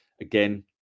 again